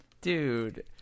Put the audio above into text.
dude